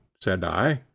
said i,